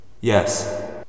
Yes